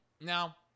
Now